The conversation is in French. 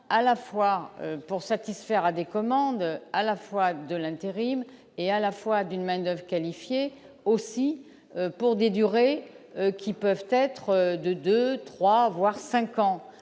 à la fois pour satisfaire à des commandes à la fois de l'intérim et à la fois d'une main-d'oeuvre qualifiée, aussi pour des durées qui peuvent être de 2, 3, voire 5 ans